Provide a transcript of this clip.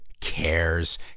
cares